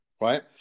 right